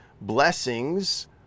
Blessings